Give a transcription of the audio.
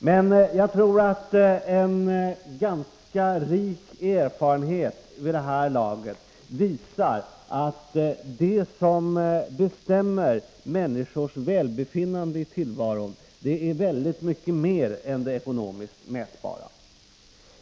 Men en ganska rik erfarenhet visar vid det här laget att det som bestämmer människors välbefinnande i tillvaron är mycket mer än det ekonomiskt mätbara.